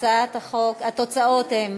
ההצעה להעביר את הצעת חוק הסדרת העיסוק